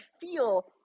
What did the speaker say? feel